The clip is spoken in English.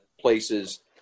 places